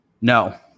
no